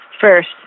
first